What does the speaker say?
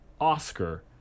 oscar